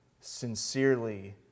sincerely